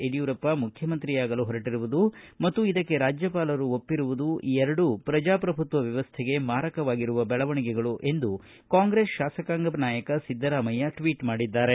ಯಡಿಯೂರಪ್ಪ ಮುಖ್ಯಮಂತ್ರಿಯಾಗಲು ಹೊರಟರುವುದು ಮತ್ತು ಇದಕ್ಕೆ ರಾಜ್ಯಪಾಲರು ಒಪ್ಪಿರುವುದುಎರಡೂ ಪ್ರಜಾಪ್ರಭುತ್ವ ವ್ಯವಸ್ಥೆಗೆ ಮಾರಕವಾಗಿರುವ ಬೆಳವಣಿಗೆಗಳು ಎಂದು ಕಾಂಗ್ರೆಸ್ ಶಾಸಕಾಂಗ ನಾಯಕ ಸಿದ್ದರಾಮಯ್ಯ ಟ್ವೀಟ್ ಮಾಡಿದ್ದಾರೆ